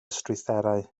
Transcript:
strwythurau